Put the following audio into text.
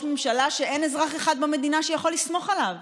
ממשלה שאין אזרח אחד במדינה שיכול לסמוך עליו